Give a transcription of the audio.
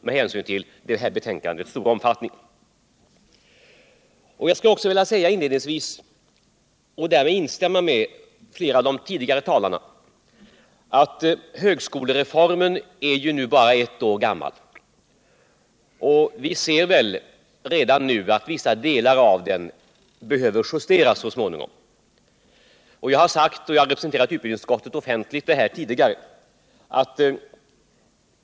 Med hänsyn till betänkandets omfattning är antalet reservationer litet. Vidare skulle jag vilja säga, och därmed instämmer jag med flera av de tidigare talarna, att redan nu vissa delar av högskolereformen, som bara är ett år gammal, behöver justeras. Jag har sagt detta tidigare och offentligt representerat utbildningsutskottet i frågan.